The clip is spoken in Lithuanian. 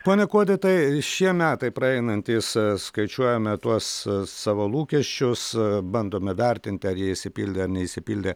pone kuodi tai šie metai praeinantys skaičiuojame tuos savo lūkesčius bandome vertinti ar jie išsipildė ar neišsipildė